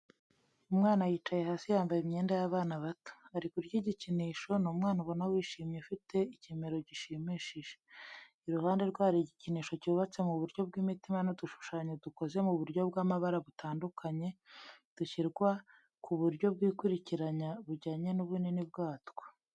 Umwana yicaye hasi yambaye imyenda y’abana bato. Ari kurya igikinisho, ni umwana ubona wishimye ufite ikimero gishimishije. Iruhande rwe hari igikinisho cyubatse mu buryo bw'imitima n'udushushanyo dukoze mu buryo bw'amabara butandukanye, dushyirwa ku buryo bwikurikiranya bujyanye n'ubunini bwatwo.